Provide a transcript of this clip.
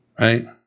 Right